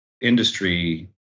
industry